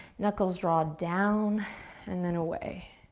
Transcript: knuckles draw down and then away.